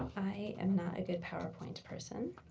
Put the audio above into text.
i am not a good powerpoint person.